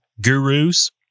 gurus